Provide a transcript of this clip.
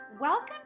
Welcome